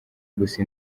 gusa